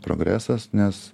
progresas nes